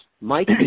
Mike